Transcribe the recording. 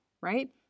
Right